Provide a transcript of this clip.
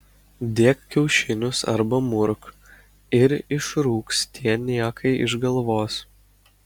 dėk kiaušinius arba murk ir išrūks tie niekai iš galvos